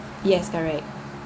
yes correct